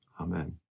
Amen